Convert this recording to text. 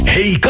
Hey